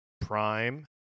Prime